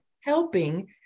helping